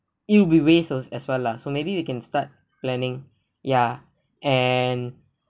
it will be waste as as well lah so maybe we can start planning ya and